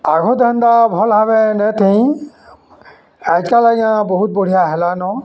ଆଗଯେନ୍ତା ଭଲ୍ ଭାବେ ନେଥାଇ ଆଜିକାଲ୍ ଆଜ୍ଞା ବହୁତ ବଢ଼ିଆ ହେଲାନ